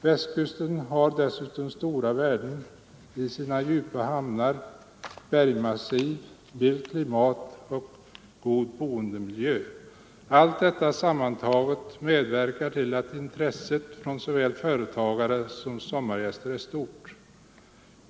Västkusten har dessutom stora värden i sina djupa hamnar och bergmassiv, sitt milda klimat och sin goda boendemiljö. Allt detta sammantaget medverkar till att intresset från såväl företagare som sommargäster är stort.